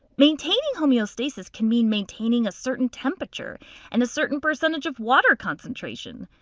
maintaining homeostasis can mean maintaining a certain temperature and a certain percentage of water concentration.